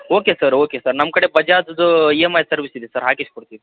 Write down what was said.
okay sir okay sir ನಮ್ಮ ಕಡೆ ಬಜಾಜ್ದು ಇ ಎಮ್ ಐ ಸರ್ವಿಸ್ಸಿದೆ ಸರ್ ಹಾಕಿಸ್ಕೊಡ್ತೀವಿ